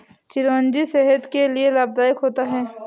चिरौंजी सेहत के लिए लाभदायक होता है